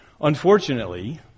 Unfortunately